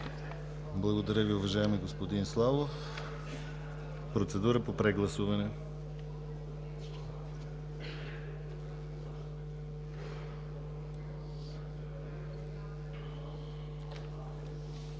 Благодаря Ви, уважаеми господин Славов. Процедура по прегласуване.